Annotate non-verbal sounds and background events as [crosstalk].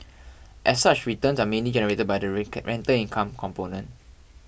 as such returns are mainly generated by the [unintelligible] rental income component